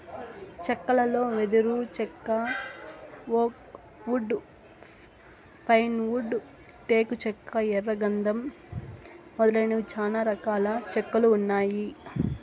చెక్కలలో వెదురు చెక్క, ఓక్ వుడ్, పైన్ వుడ్, టేకు చెక్క, ఎర్ర గందం మొదలైనవి చానా రకాల చెక్కలు ఉన్నాయి